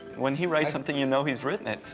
when he writes something, you know he's written it,